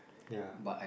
ya